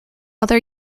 other